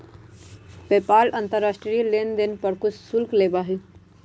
PayPal अंतर्राष्ट्रीय लेनदेन पर कुछ शुल्क लेबा हई